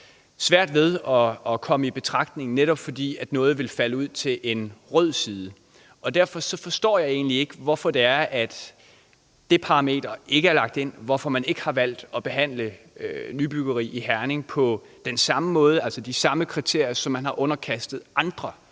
svært ved at komme i betragtning, netop fordi noget ville falde ud til en rød side. Derfor forstår jeg egentlig ikke, hvorfor det parameter ikke er lagt ind, hvorfor man ikke har valgt at behandle nybyggeri i Herning på den samme måde, altså med de samme kriterier, som man har underkastet andre